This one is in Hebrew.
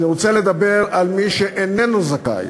אני רוצה לדבר על מי שאיננו זכאי.